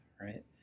right